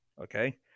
okay